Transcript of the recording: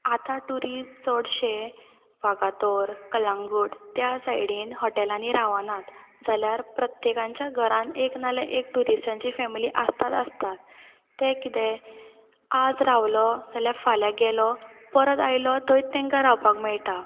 आतां ट्युरिस्ट चडशे वागातोर कळंगूट त्या सायडीन हॉटेलांनी रावनात जाल्यार प्रत्येकांच्या घरान एक नाल्यार एक ट्युरिस्टांची फॅमिली आसताच आसता तें कितें आज रावलो जाल्यार फाल्यां गेलो परत आयलो थंयत तेंकां रावपाक मेळटा